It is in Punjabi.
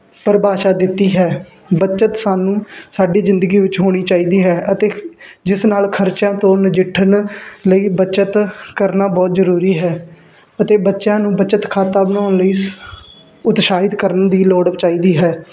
ਪਰਿਭਾਸ਼ਾ ਦਿੱਤੀ ਹੈ ਬੱਚਤ ਸਾਨੂੰ ਸਾਡੀ ਜ਼ੰਦਗੀ ਵਿੱਚ ਹੋਣੀ ਚਾਹੀਦੀ ਹੈ ਅਤੇ ਖ ਜਿਸ ਨਾਲ ਖਰਚਿਆਂ ਤੋਂ ਨਜਿੱਠਣ ਲਈ ਬੱਚਤ ਕਰਨਾ ਬਹੁਤ ਜ਼ਰੂਰੀ ਹੈ ਅਤੇ ਬੱਚਿਆਂ ਨੂੰ ਬੱਚਤ ਖਾਤਾ ਬਣਾਉਣ ਲਈ ਸ ਉਤਸਾਹਿਤ ਕਰਨ ਦੀ ਲੋੜ ਚਾਹੀਦੀ ਹੈ